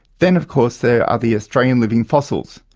then of course there are the australian living fossils,